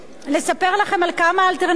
לספר לכם על כמה אלטרנטיבות,